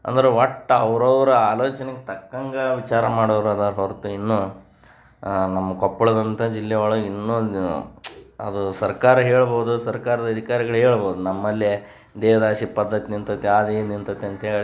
ಅಂದ್ರೆ ಒಟ್ಟು ಅವ್ರವ್ರ ಆಲೋಚನೆಗ್ ತಕ್ಕಂಗೆ ವಿಚಾರ ಮಾಡೋರು ಇದಾರೆ ಹೊರತು ಇನ್ನೂ ನಮ್ಮ ಕೊಪ್ಪಳದಂಥ ಜಿಲ್ಲೆ ಒಳಗೆ ಇನ್ನೂ ಅದು ಸರ್ಕಾರ ಹೇಳ್ಬೋದು ಸರ್ಕಾರದ ಅಧಿಕಾರಿಗಳು ಹೇಳ್ಬೋದು ನಮ್ಮಲ್ಲಿ ದೇವದಾಸಿ ಪದ್ಧತಿ ನಿಂತೈತಿ ಅದು ಇದು ನಿಂತೈತಿ ಅಂತೇಳಿ